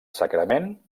sagrament